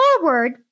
forward